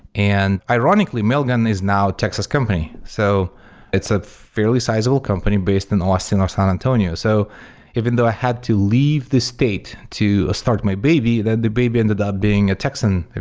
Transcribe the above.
and ironically, mailgun is now a texas company. so it's a fairly sizable company based and on austin or san antonio. so even though i had to leave the state to start my baby, the the baby ended up being a texan.